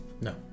No